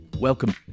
Welcome